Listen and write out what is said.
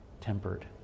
tempered